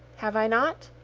have i not?